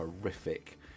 horrific